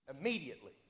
Immediately